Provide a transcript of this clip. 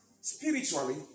spiritually